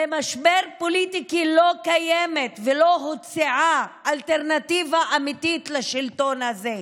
זה משבר פוליטי כי לא קיימת ולא הוצעה אלטרנטיבה אמיתית לשלטון הזה.